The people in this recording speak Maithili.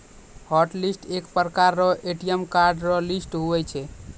हॉटलिस्ट एक प्रकार रो ए.टी.एम कार्ड रो लिस्ट हुवै छै